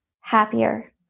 happier